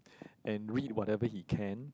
and read whatever he can